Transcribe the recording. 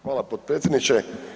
Hvala potpredsjedniče.